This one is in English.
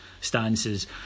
stances